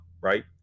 right